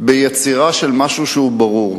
ביצירה של משהו שהוא ברור.